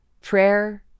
prayer